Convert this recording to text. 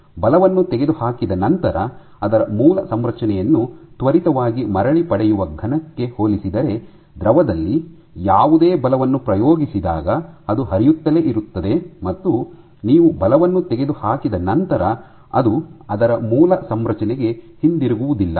ಬಲವನ್ನು ತೆಗೆದುಹಾಕಿದ ನಂತರ ಅದರ ಮೂಲ ಸಂರಚನೆಯನ್ನು ತ್ವರಿತವಾಗಿ ಮರಳಿ ಪಡೆಯುವ ಘನಕ್ಕೆ ಹೋಲಿಸಿದರೆ ದ್ರವದಲ್ಲಿ ಯಾವುದೇ ಬಲವನ್ನು ಪ್ರಯೋಗಿಸಿದಾಗ ಅದು ಹರಿಯುತ್ತಲೇ ಇರುತ್ತದೆ ಮತ್ತು ನೀವು ಬಲವನ್ನು ತೆಗೆದುಹಾಕಿದ ನಂತರ ಅದು ಅದರ ಮೂಲ ಸಂರಚನೆಗೆ ಹಿಂತಿರುಗುವುದಿಲ್ಲ